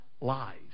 lies